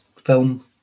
film